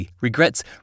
regrets